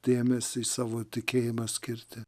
dėmesį į savo tikėjimą skirti